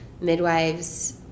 midwives